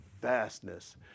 vastness